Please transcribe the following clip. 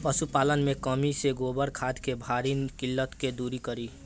पशुपालन मे कमी से गोबर खाद के भारी किल्लत के दुरी करी?